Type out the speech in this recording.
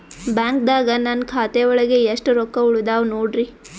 ಬ್ಯಾಂಕ್ದಾಗ ನನ್ ಖಾತೆ ಒಳಗೆ ಎಷ್ಟ್ ರೊಕ್ಕ ಉಳದಾವ ನೋಡ್ರಿ?